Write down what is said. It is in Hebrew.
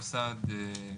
מוסד,